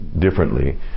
differently